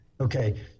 Okay